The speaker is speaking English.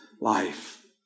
life